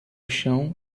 chão